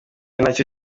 nacyo